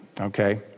okay